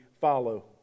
follow